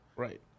Right